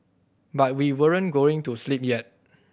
but we weren't going to sleep yet